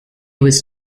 was